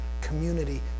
community